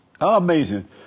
Amazing